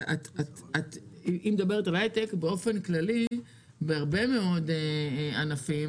היא מדברת על ההיי-טק באופן כללי ,בהרבה מאוד ענפים,